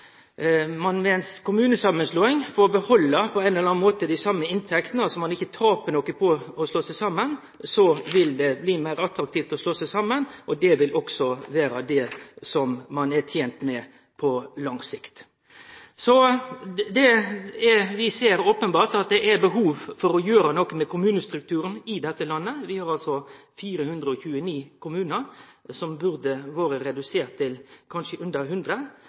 ein ikkje taper noko på å slå seg saman, vil det bli meir attraktivt å slå seg saman. Det vil vere det som ein er tent med på lang sikt. Vi ser at det openbert er behov for å gjere noko med kommunestrukturen i dette landet. Vi har altså 429 kommunar, eit tal som kanskje burde vore redusert til under 100.